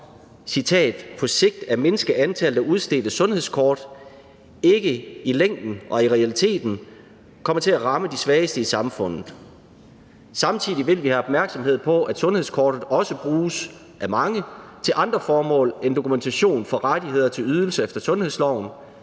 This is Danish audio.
på sigt at mindske antallet af udstedte sundhedskort ikke i længden og i realiteten kommer til at ramme de svageste i samfundet. Samtidig vil vi have opmærksomhed på, at sundhedskortet også bruges af mange til andre formål end dokumentation for rettigheder til ydelse efter sundhedsloven,